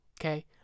Okay